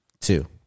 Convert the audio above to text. two